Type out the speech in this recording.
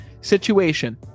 situation